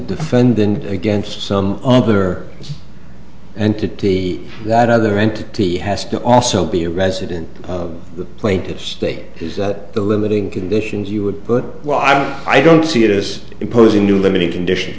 defendant against some other entity that other entity has to also be a resident of the plaintiff's state is that the limiting conditions you would put well i don't i don't see it as imposing new limited conditions